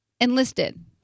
enlisted